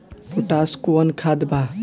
Potash कोउन खाद बा?